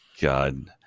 God